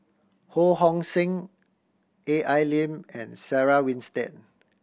Ho Hong Sing A I Lim and Sarah Winstedt